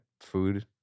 food